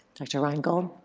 dr. reingold?